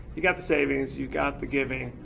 you've got the savings, you've got the giving.